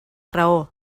raó